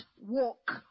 walk